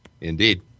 Indeed